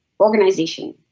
organization